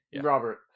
Robert